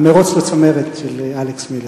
המירוץ לצמרת של אלכס מילר.